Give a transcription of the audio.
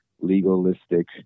legalistic